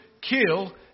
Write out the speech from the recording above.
kill